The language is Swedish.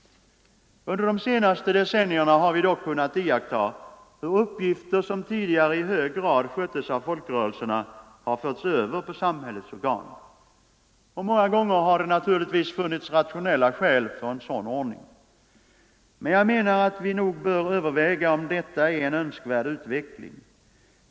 Under de senaste decennierna har vi dock kunnat iaktta hur uppgifter som tidigare till stor del sköttes av folkrörelserna har förts över på samhällets organ. Många gånger har det naturligtvis funnits rationella skäl för en sådan ordning. Men jag menar att vi nog bör överväga om detta är en önskvärd utveckling.